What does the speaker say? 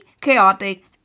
chaotic